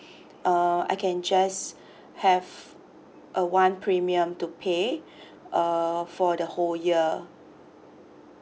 uh I can just have a one premium to pay uh for the whole year